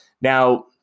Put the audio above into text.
Now